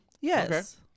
Yes